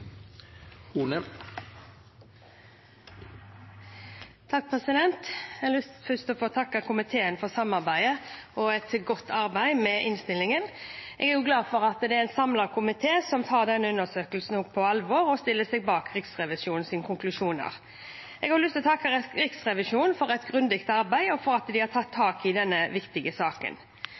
Jeg har først lyst til å takke komiteen for samarbeidet og et godt arbeid med innstillingen. Jeg er glad for at det er en samlet komité som tar denne undersøkelsen på alvor og stiller seg bak Riksrevisjonens konklusjoner. Jeg har også lyst til å takke Riksrevisjonen for et grundig arbeid og for at de har tatt tak i denne viktige saken.